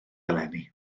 eleni